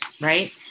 right